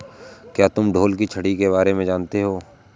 क्या तुम ढोल की छड़ी के बारे में जानते हो?